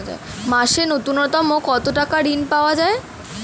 মাসে নূন্যতম কত টাকা ঋণ পাওয়া য়ায়?